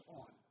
on